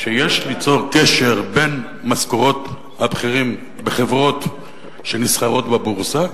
שיש ליצור קשר בין משכורות של הבכירים בחברות שנסחרות בבורסה,